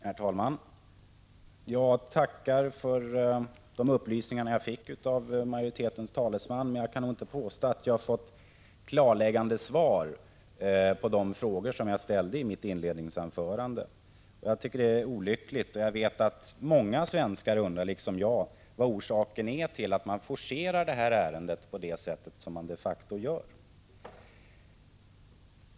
Herr talman! Jag tackar för de upplysningar jag fick av majoritetens talesman, men jag kan inte påstå att jag har fått ett klarläggande svar på de frågor jag ställde i mitt inledningsanförande. Jag tycker det är olyckligt, för jag vet att många svenskar liksom jag undrar vad orsaken är till att man forcerar ärendet på det sätt som man de facto gör.